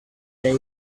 day